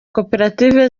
koperative